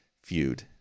Feud